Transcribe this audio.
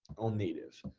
on native.